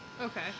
Okay